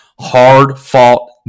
hard-fought